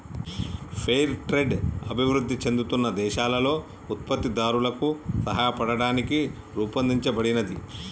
fair trade అభివృద్ధి చెందుతున్న దేశాలలో ఉత్పత్తిదారులకు సాయపడటానికి రూపొందించబడినది